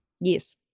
Yes